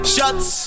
Shots